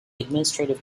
administrative